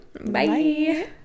Bye